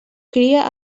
cria